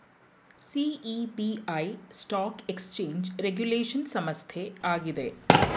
SEBI stock exchange regulation ಸಂಸ್ಥೆ ಆಗಿದೆ